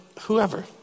whoever